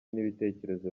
n’ibitekerezo